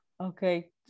Okay